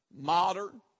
modern